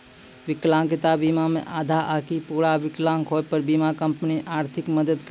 विकलांगता बीमा मे आधा आकि पूरा विकलांग होय पे बीमा कंपनी आर्थिक मदद करै छै